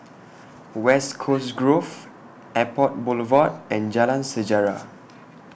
West Coast Grove Airport Boulevard and Jalan Sejarah